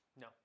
No